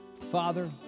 Father